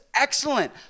Excellent